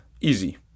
easy